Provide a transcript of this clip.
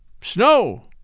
Snow